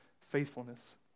faithfulness